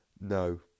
No